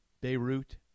Beirut